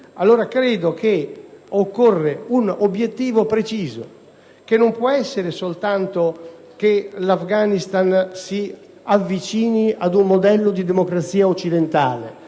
credo che occorra un obiettivo preciso, che non può essere soltanto il fatto che l'Afghanistan si avvicini ad un modello di democrazia occidentale